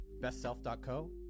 Bestself.co